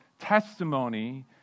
testimony